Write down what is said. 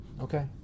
okay